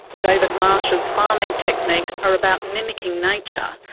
david marsh's farming techniques are about mimicking nature,